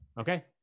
Okay